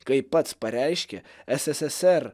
kaip pats pareiškė sssr